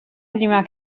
prima